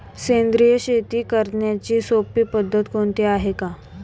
सेंद्रिय शेती करण्याची सोपी पद्धत कोणती आहे का?